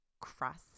crust